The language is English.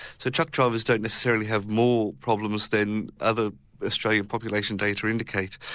so truck drivers don't necessarily have more problems than other australian population data indicate.